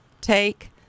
take